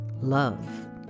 love